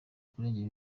kurengera